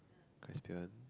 Caspian